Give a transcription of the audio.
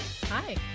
Hi